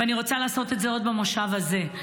ואני רוצה לעשות את זה עוד במושב הזה.